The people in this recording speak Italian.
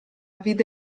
vide